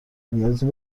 نیازی